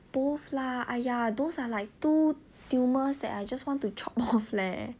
both lah !aiya! those are like two tumors I just want to chop off leh